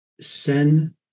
send